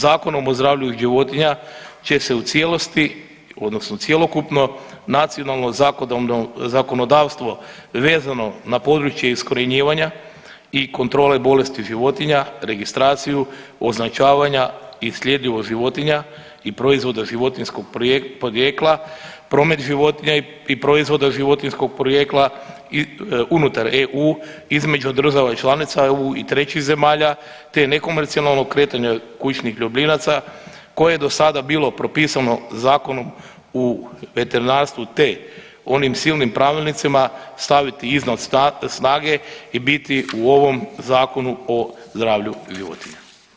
Zakonom o zdravlju životinja će se u cijelosti odnosno cjelokupno nacionalno zakonodavstvo vezano na područje iskorjenjivanja i kontrole bolesti životinja, registraciju označavanja i sljedivost životinja i proizvoda životinjskog porijekla, promet životinja i proizvoda životinjskog porijekla unutar EU između država članica EU i trećih zemalja, te nekonvencionalno kretanje kućnih ljubimaca koje je do sada bilo propisano Zakonom o veterinarstvu, te onim silnim pravilnicima staviti iznos snage i biti u ovom Zakonu o zdravlju životinja.